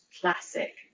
classic